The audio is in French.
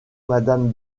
madame